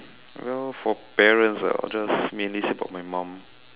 well for parents ah I'll just mainly say about my mom